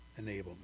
enablement